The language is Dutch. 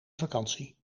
vakantie